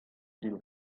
deal